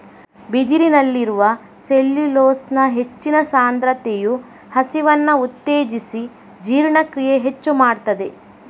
ಬಿದಿರಿನಲ್ಲಿರುವ ಸೆಲ್ಯುಲೋಸ್ನ ಹೆಚ್ಚಿನ ಸಾಂದ್ರತೆಯು ಹಸಿವನ್ನ ಉತ್ತೇಜಿಸಿ ಜೀರ್ಣಕ್ರಿಯೆ ಹೆಚ್ಚು ಮಾಡ್ತದೆ